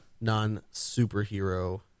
non-superhero